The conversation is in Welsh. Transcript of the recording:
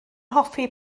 hoffi